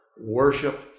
worship